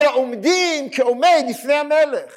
עומדים כעומד לפני המלך